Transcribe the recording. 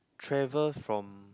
travel from